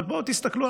אבל בואו תסתכלו,